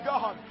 God